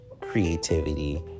creativity